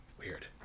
Weird